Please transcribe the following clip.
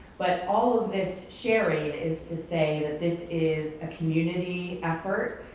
but all of this sharing is to say that this is a community effort.